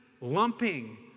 lumping